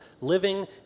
living